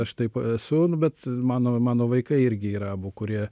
aš taip esu nu bet mano mano vaikai irgi yra abu kurie